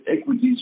equities